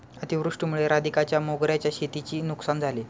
अतिवृष्टीमुळे राधिकाच्या मोगऱ्याच्या शेतीची नुकसान झाले